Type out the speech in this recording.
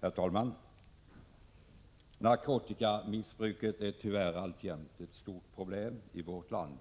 Herr talman! Narkotikamissbruket är tyvärr alltjämt ett stort problem i vårt land